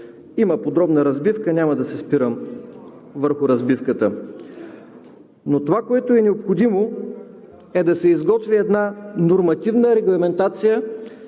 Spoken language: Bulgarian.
800 млн. лв. – няма да се спирам върху разбивката, но това, което е необходимо, е да се изготви една нормативна регламентация